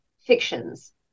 fictions